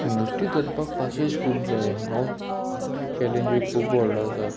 नुस्तें धरपाक पाशेंस खूब जाये हो चॅलेंज खूब व्हडलो आसा